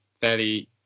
fairly